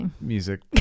music